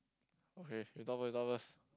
okay you talk first talk first